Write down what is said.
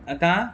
आतां